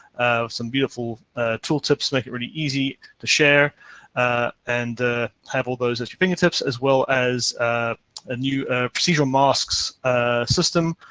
some beautiful tool tips make it really easy to share and have all those at your fingertips, as well as a ah new procedural masks system,